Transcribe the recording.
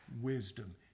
wisdom